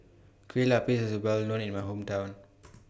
Kueh Lapis IS Well known in My Hometown